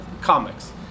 comics